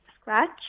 scratch